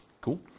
Cool